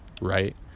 right